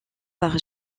par